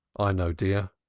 i know, dear.